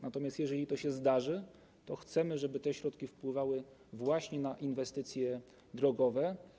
Natomiast jeżeli to się zdarzy, to chcemy, żeby te środki wpływały na inwestycje drogowe.